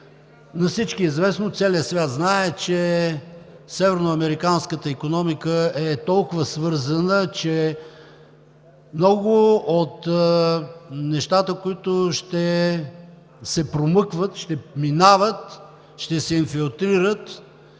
На всички е известно, целият свят знае, че северноамериканската икономика е толкова свързана, че много от нещата, които ще се промъкват, ще минават, ще се инфилтрират